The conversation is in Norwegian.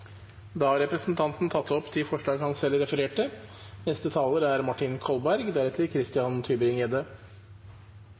Da har representanten Lysbakken tatt opp de forslag han refererte